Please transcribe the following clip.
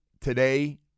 today